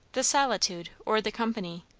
the solitude or the company,